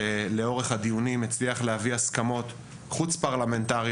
שלאורך הדיונים הצליח להביא הסכמות חוץ-פרלמנטריות,